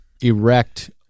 erect